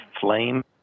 flame